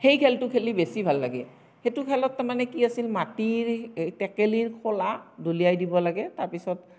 সেই খেলটো খেলি বেছি ভাল লাগে সেইটো খেলত তাৰ মানে কি আছিল মাটিৰ টেকেলীৰ খোলা দলিয়াই দিব লাগে তাৰ পিছত